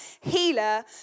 healer